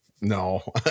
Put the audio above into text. no